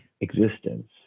existence